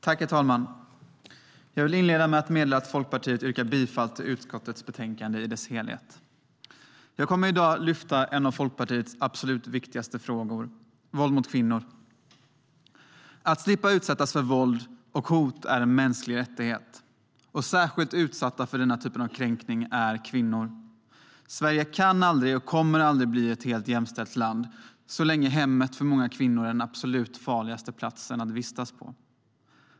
Herr talman! Jag vill inleda med att meddela att Folkpartiet yrkar bifall till utskottets förslag i dess helhet. Jag kommer i dag att lyfta upp en av Folkpartiets absolut viktigaste frågor: våld mot kvinnor. Att slippa utsättas för våld och hot är en mänsklig rättighet. Särskilt utsatta för den här typen av kränkning är kvinnor. Sverige kan aldrig och kommer aldrig att bli ett helt jämställt land så länge hemmet för många kvinnor är den absolut farligaste platsen att vistas på.